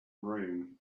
room